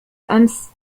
الأمس